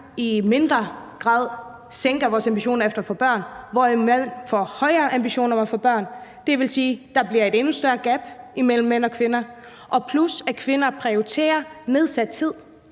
i mindre grad sænker vores ambitioner efter at få børn, hvorimod mænd får højere ambitioner af at få børn – det vil sige, at der bliver et endnu større gap mellem mænd og kvinder – plus at kvinder prioriterer nedsat tid;